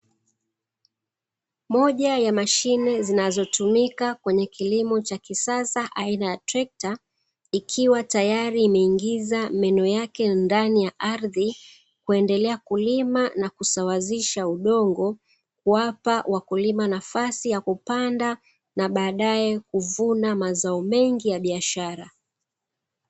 Moja ya mashine zinazotumika kwenye kilimo cha kisasa aina ya trekta, ikiwa tayari imeingiza meno yake ndani ya ardhi, kuendelea kulima na kusawazisha udongo, kuwapa wakulima nafasi ya kupanda na baadae kuvuna mazao mengi ya biashara.